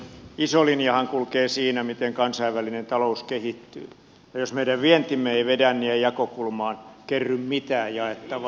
iso linjahan kulkee siinä miten kansainvälinen talous kehittyy ja jos meidän vientimme ei vedä niin ei jakokulmaan kerry mitään jaettavaa